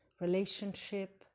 relationship